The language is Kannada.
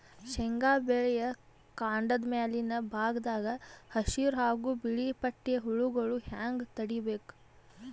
ಶೇಂಗಾ ಬೆಳೆಯ ಕಾಂಡದ ಮ್ಯಾಲಿನ ಭಾಗದಾಗ ಹಸಿರು ಹಾಗೂ ಬಿಳಿಪಟ್ಟಿಯ ಹುಳುಗಳು ಹ್ಯಾಂಗ್ ತಡೀಬೇಕು?